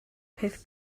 peth